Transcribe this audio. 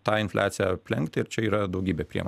tą infliaciją aplenkti ir čia yra daugybė priemonių